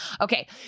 Okay